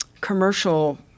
commercial